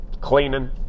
cleaning